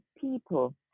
people